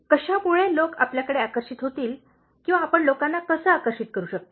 कशामुळे लोक आपल्याकडे आकर्षित होतील किंवा आपण लोकांना कसे आकर्षित करू शकता